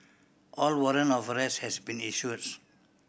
a warrant of arrest has been issues